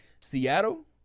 Seattle